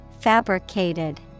Fabricated